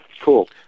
Cool